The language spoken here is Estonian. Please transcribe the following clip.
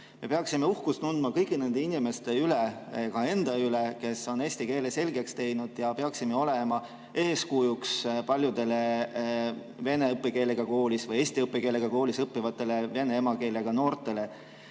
Me peaksime uhkust tundma kõigi nende inimeste üle, ka enda üle, kes on eesti keele endale selgeks teinud, ja peaksime olema eeskujuks paljudele vene õppekeelega koolis või eesti õppekeelega koolis õppivatele vene emakeelega noortele.